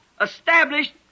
established